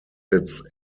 its